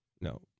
no